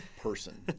person